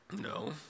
No